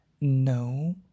no